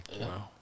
Wow